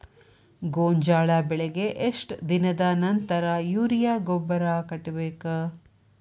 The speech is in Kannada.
ಗೋಂಜಾಳ ಬೆಳೆಗೆ ಎಷ್ಟ್ ದಿನದ ನಂತರ ಯೂರಿಯಾ ಗೊಬ್ಬರ ಕಟ್ಟಬೇಕ?